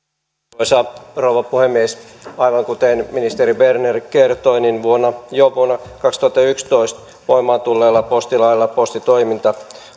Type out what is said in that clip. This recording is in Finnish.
arvoisa rouva puhemies aivan kuten ministeri berner kertoi jo vuonna kaksituhattayksitoista voimaan tulleella postilailla postitoiminta